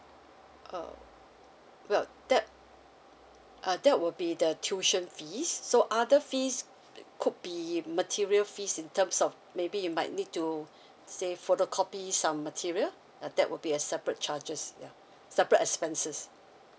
err well that uh that will be the tuition fees so other fees uh could be material fees in terms of maybe you might need to say photocopy some material uh that will be a separate charges ya separate expenses